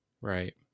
Right